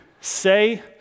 say